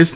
S